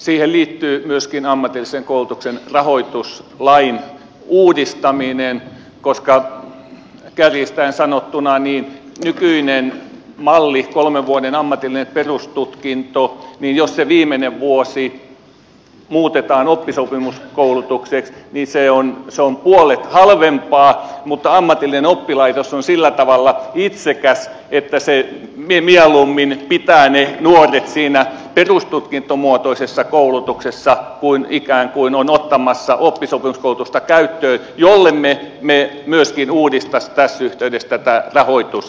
siihen liittyy myöskin ammatillisen koulutuksen rahoituslain uudistaminen koska kärjistäen sanottuna jos nykyisessä mallissa kolmen vuoden ammatillisessa perustutkinnossa se viimeinen vuosi muutetaan oppisopimuskoulutukseksi niin se on puolet halvempaa mutta ammatillinen oppilaitos on sillä tavalla itsekäs että se mieluummin pitää ne nuoret siinä perustutkintomuotoisessa koulutuksessa kuin ikään kuin on ottamassa oppisopimuskoulutusta käyttöön jollemme me uudistaisi tässä yhteydessä myöskin tätä rahoitusjärjestelmää